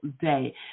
day